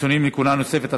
חיצוניים לכהונה נוספת),